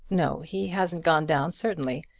no he hasn't gone down, certainly.